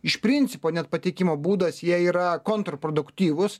iš principo net pateikimo būdas jie yra kontr produktyvūs